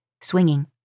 swinging